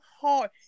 hard